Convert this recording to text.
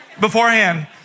beforehand